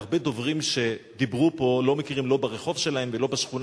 הרבה דוברים שדיברו פה לא מכירים לא ברחוב שלהם ולא בשכונה